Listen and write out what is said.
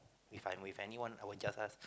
if I'm with anyone I will just ask